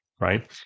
right